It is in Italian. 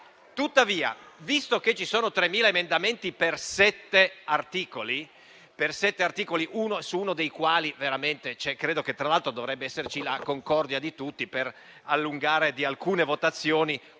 Tuttavia, visto che ci sono 3.000 emendamenti per sette articoli - su uno dei quali credo tra l'altro che dovrebbe esserci la concordia di tutti per allungare di alcune votazioni quelle